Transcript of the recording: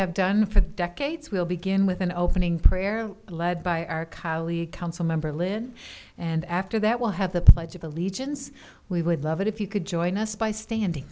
have done for decades we'll begin with an opening prayer led by our colleague council member lynn and after that we'll have the pledge of allegiance we would love it if you could join us by